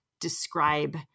describe